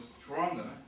stronger